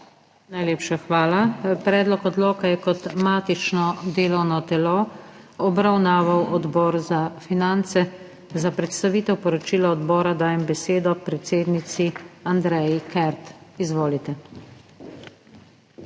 Najlepša hvala. Predlog zakona je kot matično delovno telo obravnaval Odbor za finance. Za predstavitev poročila odbora dajem besedo predsednici Andreji Kert. Izvolite.